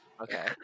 Okay